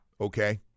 Okay